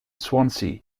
swansea